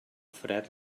fred